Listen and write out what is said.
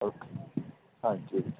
okay ਹਾਂਜੀ ਹਾਂਜੀ